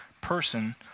person